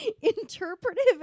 interpretive